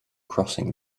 crossing